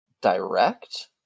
Direct